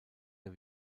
der